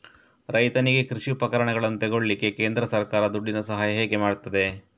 ರೈತನಿಗೆ ಕೃಷಿ ಉಪಕರಣಗಳನ್ನು ತೆಗೊಳ್ಳಿಕ್ಕೆ ಕೇಂದ್ರ ಸರ್ಕಾರ ದುಡ್ಡಿನ ಸಹಾಯ ಹೇಗೆ ಮಾಡ್ತದೆ?